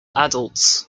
adults